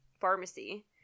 pharmacy